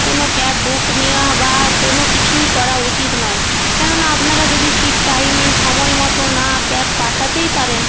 কোনও cab book নেওয়া বা কোনও কিছুই করা উচিত নয় কেননা আপনারা যদি ঠিক টাইমে সময়মত না ক্যাব পাঠাতেই পারেন